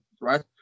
right